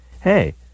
Hey